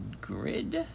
grid